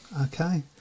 okay